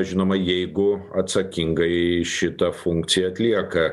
žinoma jeigu atsakingai šitą funkciją atlieka